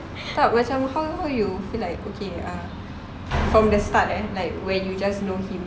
tak macam how how you feel like okay uh from the start eh like when you just know him